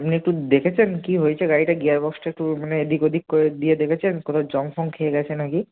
আপনি একটু দেখেছেন কী হয়েছে গাড়িটা গিয়ার বক্সটা একটু মানে এদিক ওদিক করে দিয়ে দেখেছেন কোনও জং ফং খেয়ে গেছে নাকি